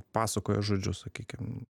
pasakoja žodžiu sakykim